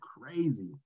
crazy